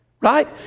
Right